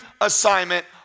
assignment